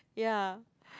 yeah